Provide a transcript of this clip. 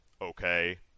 okay